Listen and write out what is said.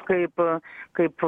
kaip kaip